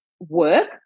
work